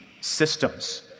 systems